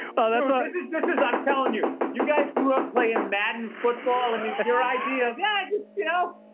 oh, that's ah this this is, i'm telling you, you guys grew up playing madden football. i mean your idea. yeah. i just, you know,